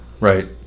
Right